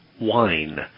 wine